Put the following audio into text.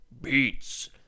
beats